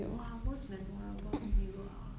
!wah! most memorable meal ah